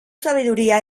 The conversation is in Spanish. sabiduría